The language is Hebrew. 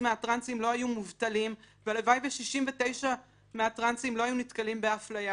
מהטרנסים לא היו מובטלים והלוואי ו-69% מהטרנסים לא היו נתקלים באפליה.